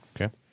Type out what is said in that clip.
Okay